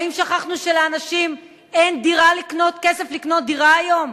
האם שכחנו שלאנשים אין כסף לקנות דירה היום?